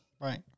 Right